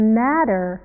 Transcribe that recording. matter